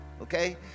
okay